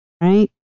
Right